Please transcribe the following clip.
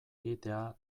egitea